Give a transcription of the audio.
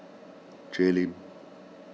Jay Lim